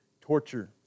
Torture